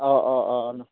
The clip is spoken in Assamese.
অঁ অঁ অঁ ন